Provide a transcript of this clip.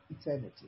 eternity